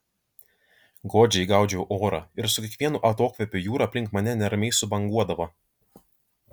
godžiai gaudžiau orą ir su kiekvienu atokvėpiu jūra aplink mane neramiai subanguodavo